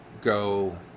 go